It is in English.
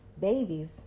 babies